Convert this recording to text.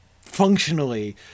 functionally